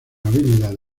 habilidad